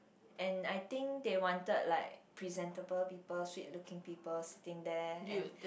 and I think they wanted like presentable people sweet looking people sitting there and